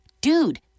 dude